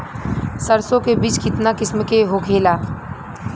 सरसो के बिज कितना किस्म के होखे ला?